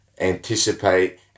anticipate